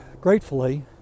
gratefully